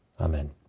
amen